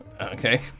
Okay